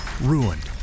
ruined